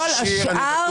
כל השאר אין,